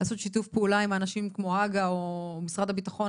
לעשות שיתוף פעולה עם אנשים כמו הג"א או משרד הביטחון.